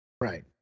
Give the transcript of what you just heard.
Right